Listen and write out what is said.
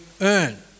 earn